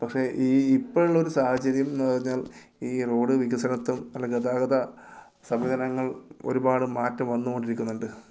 പക്ഷേ ഈ ഇപ്പം ഉള്ളൊരു സാഹചര്യം എന്ന് പറഞ്ഞാൽ ഈ റോഡ് വികസനത്തെ ഗതാഗത സംവിധാനങ്ങൾ ഒരുപാട് മാറ്റം വന്ന് കൊണ്ടിരിക്കുന്നുണ്ട്